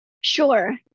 Sure